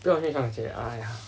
不要去上学 ah ya